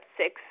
six